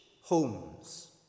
homes